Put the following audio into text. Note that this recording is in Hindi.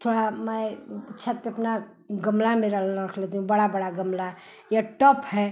थोड़ा मैं छत पर अपना गमला में रख लेती हूँ बड़ा बड़ा गमला या टप है